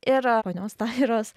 ir ponios tairos